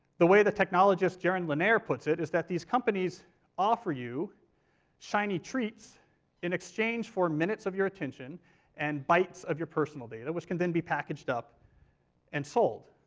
the way that technologist jaron lanier puts it is that these companies offer you shiny treats in exchange for minutes of your attention and bites of your personal data, which can then be packaged up and sold.